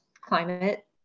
climate